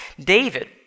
David